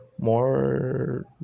more